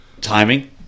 timing